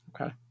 Okay